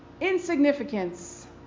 insignificance